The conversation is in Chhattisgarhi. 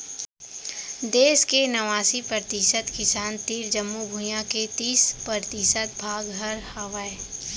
देस के नवासी परतिसत किसान तीर जमो भुइयां के तीस परतिसत भाग हर हावय